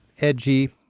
edgy